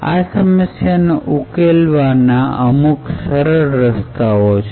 આ સમસ્યાને ઉકેલવા ના અમુક સરળ રસ્તાઓ છે